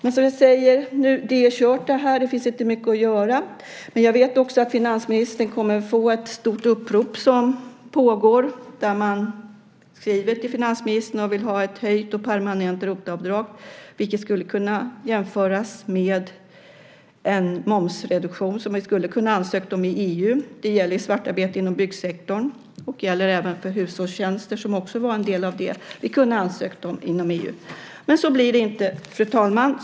Men - som vi säger - det är kört, det här. Det finns inte mycket att göra. Men jag vet att finansministern kommer att få ta del av ett stort upprop som pågår, där man skriver till finansministern och vill ha ett höjt och permanent ROT-avdrag. Det skulle kunna jämföras med en momsreduktion som Sverige skulle ha kunnat ansöka om i EU. Det gäller svartarbete inom byggsektorn, och detta gäller även för hushållstjänster som också var en del av detta. Men så blir det inte, fru talman.